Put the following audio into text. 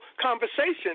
conversation